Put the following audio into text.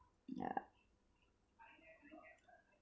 yeah